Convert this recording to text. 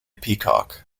peacock